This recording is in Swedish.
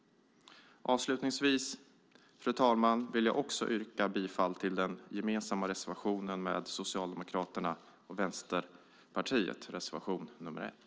Avslutningsvis, fru talman, vill jag också yrka bifall till den gemensamma reservationen med Socialdemokraterna och Vänsterpartiet, reservation nr 1.